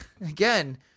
again